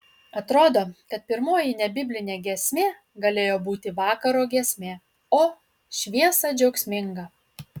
atrodo kad pirmoji nebiblinė giesmė galėjo būti vakaro giesmė o šviesa džiaugsminga